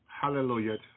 Hallelujah